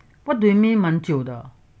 what do you mean 蛮久的